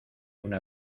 una